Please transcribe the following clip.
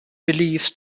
believes